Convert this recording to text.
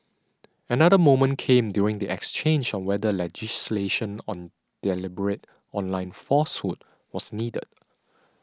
another moment came during the exchange on whether legislation on deliberate online falsehood was needed